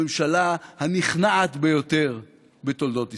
הממשלה הנכנעת ביותר בתולדות ישראל.